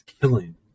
killing